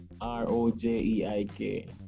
R-O-J-E-I-K